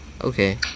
Okay